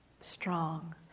strong